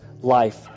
life